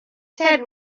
said